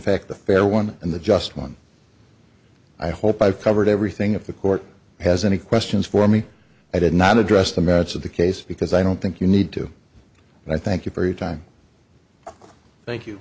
fact the fair one and the just one i hope i've covered everything of the court has any questions for me i did not address the merits of the case because i don't think you need to and i thank you for your time thank you